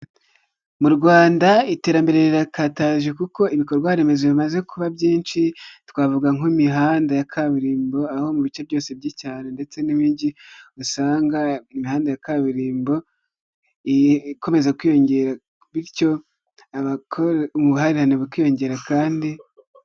Mu Rwanda iterambere rirakataje kuko ibikorwaremezo bimaze kuba byinshi twavuga nk'imihanda ya kaburimbo, aho mu bice byose by'icyaro ndetse n'imijyi usanga imihanda ya kaburimbo ikomeza kwiyongera, bityo ubuhahirane bukiyongera kandi.